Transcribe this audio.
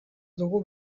dugu